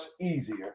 easier